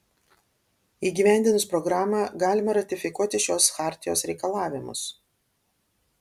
įgyvendinus programą galima ratifikuoti šiuos chartijos reikalavimus